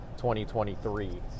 2023